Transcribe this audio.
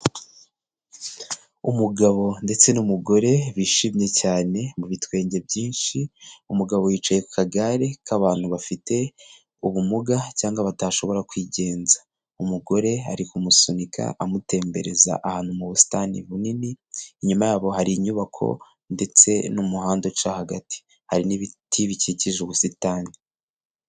Umugabo ndetse n'umugore bishimye cyane mu bitwenge byinshi, umugabo yicaye ku kagare k'abantu bafite ubumuga cyangwa batashobora kwigenza. Umugore ari kumusunika amutembereza ahantu mu busitani bunini, inyuma yabo hari inyubako ndetse n'umuhanda uca hagati, hari n'ibiti bikikije ubusitani.